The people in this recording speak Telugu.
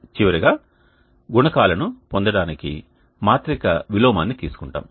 చివరగా గుణకాలను పొందడానికి మాత్రిక విలోమాన్ని తీసుకుంటాము